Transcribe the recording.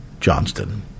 Johnston